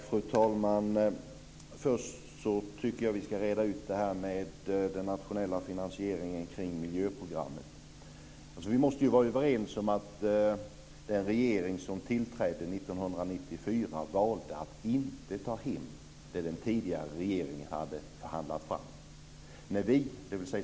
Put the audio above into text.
Fru talman! För det första tycker jag att vi ska reda ut detta med den nationella finansieringen av miljöprogrammet. Vi måste ju vara överens om att den regering som tillträdde 1994 valde att inte ta hem det som den tidigare regeringen hade förhandlat fram. När vi, dvs.